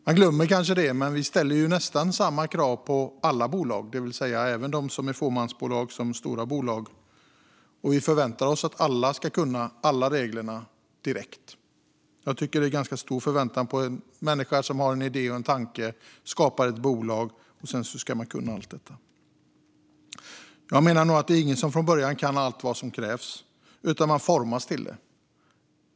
Man glömmer kanske bort att vi ställer nästan samma krav på alla bolag, såväl fåmansbolag som stora bolag. Vi förväntar oss att alla ska kunna alla regler direkt. Jag tycker att det är väldigt hög förväntan på en människa som har en idé och tanke, skapar ett bolag och sedan ska kunna allt detta. Ingen kan allt som krävs redan från början, utan man formas till det.